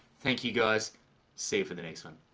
thank you guys safer than excellent